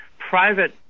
private